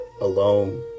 alone